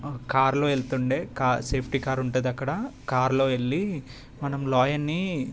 కారులో వెళ్తుండే safety car ఉంటుంది అక్కడ కార్లో వెళ్ళి మనం లయన్నీ